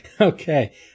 Okay